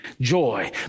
joy